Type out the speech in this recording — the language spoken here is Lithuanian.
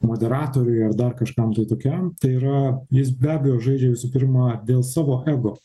moderatoriui ar dar kažkam tai tokiam tai yra jis be abejo žaidžia visų pirma dėl savo ego